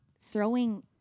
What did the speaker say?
throwing